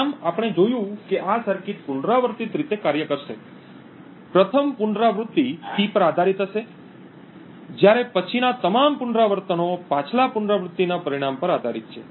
આમ આપણે જોયું કે આ સર્કિટ પુનરાવર્તિત રીતે કાર્ય કરશે પ્રથમ પુનરાવૃત્તિ P પર આધારિત હશે જ્યારે પછીના તમામ પુનરાવર્તનો પાછલા પુનરાવૃત્તિના પરિણામ પર આધારિત છે